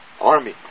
Army